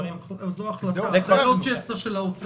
לא ג'סטה של האוצר.